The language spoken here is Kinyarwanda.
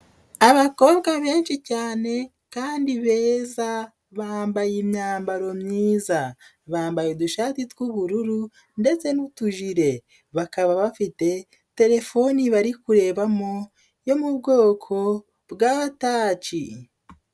Abakobwa benshi cyane kandi beza bambaye imyambaro myiza, bambaye udushati tw'ubururu ndetse n'utujile, bakaba bafite telefoni bari kurebamo yo mu bwoko bwa taci.